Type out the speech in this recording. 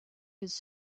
his